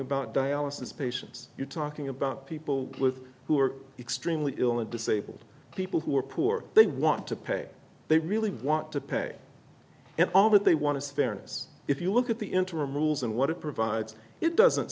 about dialysis patients you're talking about people with who are extremely ill and disabled people who are poor they want to pay they really want to pay and all that they want to see fairness if you look at the interim rules and what it provides it doesn't